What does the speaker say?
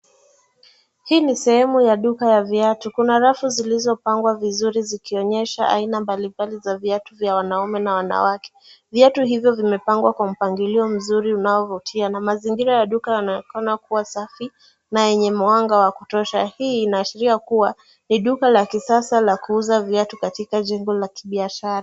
Hii ni sehemu ya duka la viatu. Kuna rafu zilizo pangwa vizuri, zikionyesha aina mbalimbali za viatu vya wanaume na wanawake. Viatu hivyo vimepangwa kwa mpangilio mzuri unaovutia na mazingira ya duka yanaonekana kuwa safi na yenye mwanga wa kutosha. Hii inaashiria kuwa ni duka la kisasa la kuuza viatu katika jimbo la kibiashara.